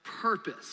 purpose